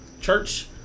church